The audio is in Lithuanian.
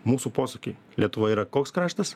mūsų posakiai lietuva yra koks kraštas